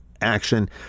action